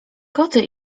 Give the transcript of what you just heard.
koty